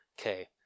okay